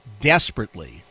desperately